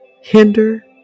hinder